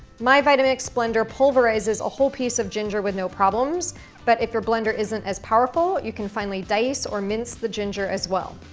my vitamix blender pulverizes a whole piece of ginger with no problems but if your blender isn't as powerful, you can finely dice or mince the ginger as well.